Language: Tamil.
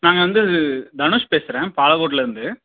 நாங்கள் வந்து தனுஷ் பேசுகிறேன் பாளக்கோட்டைலர்ந்து